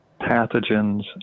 pathogens